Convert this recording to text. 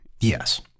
Yes